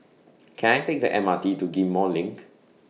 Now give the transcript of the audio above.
Can I Take The M R T to Ghim Moh LINK